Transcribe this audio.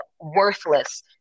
worthless